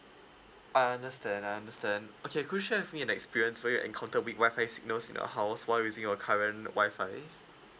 I understand I understand okay could you share with me an experience where you encounter weak WI-FI signals in your house while using your current WI-FI